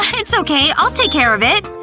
it's okay, i'll take care of it.